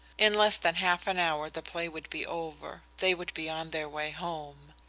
in less than half an hour the play would be over. they would be on their way home.